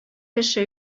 кеше